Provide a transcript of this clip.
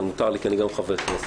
מותר לי כי אני גם חבר כנסת,